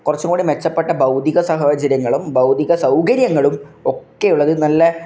കുറച്ചും കൂടെ മെച്ചപ്പെട്ട ഭൗതിക സാഹചര്യങ്ങളും ഭൗതിക സൗകര്യങ്ങളും ഒക്കെ ഉള്ളത് നല്ല